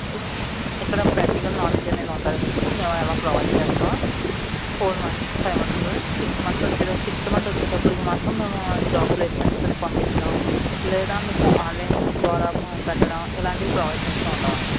ఇక్కడ practical knowledge అనేది ఉంటుంది మీకు మేము అలా ప్రొవైడ్ చేస్తాం four months five months sixth month sixth month వచ్చేటప్పటికి మాత్రం మేము జాబ్ ప్లేస్మెంట్స్ని పంపించడం లేదా మీకు ఆన్లైన్ ద్వారా పెట్టడం ఇలాంటివి ప్రొవైడ్ చేస్తూ ఉంటాం అండి